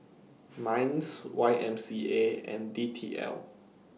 Minds Y M C A and D T L